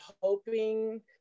hoping